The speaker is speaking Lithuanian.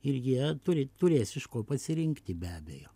ir jie turi turės iš ko pasirinkti be abejo